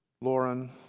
Lauren